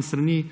seznanjen s strani